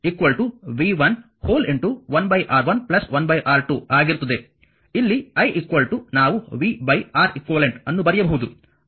ಇಲ್ಲಿ i ನಾವು v R eq ಅನ್ನು ಬರೆಯಬಹುದು ಅಂದರೆ ನಾವು ಇದನ್ನು ಮಾಡಿದ್ದೇವೆ